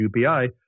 UPI